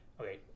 okay